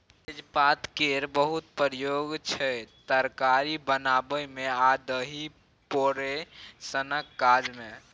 तेजपात केर बहुत प्रयोग छै तरकारी बनाबै मे आ दही पोरय सनक काज मे